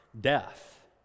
death